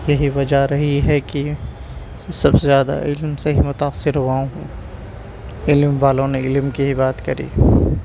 یہی وجہ رہی ہے کہ سب سے زیادہ علم سے ہی متاثر ہوا ہوں علم والوں نے علم کی ہی بات کری